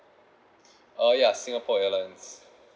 uh ya singapore airlines